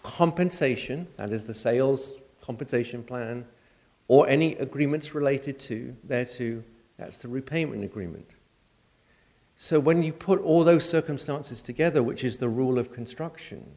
compensation that is the sales compensation plan or any agreements related to that to that's the repayment agreement so when you put all those circumstances together which is the rule of construction